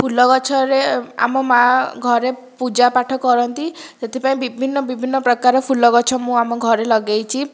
ଫୁଲ ଗଛରେ ଆମ ମାଆ ଘରେ ପୂଜା ପାଠ କରନ୍ତି ସେଥିପାଇଁ ବିଭିନ୍ନ ବିଭିନ୍ନ ପ୍ରକାର ଫୁଲ ଗଛ ମୁଁ ଆମ ଘରେ ଲଗେଇଛି